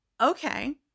Okay